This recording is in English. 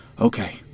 Okay